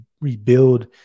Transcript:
rebuild